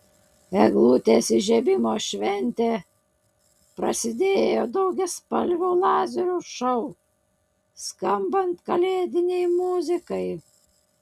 eglutės įžiebimo šventė prasidėjo daugiaspalvių lazerių šou skambant kalėdinei muzikai